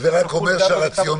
זה רק אומר שהרציונל,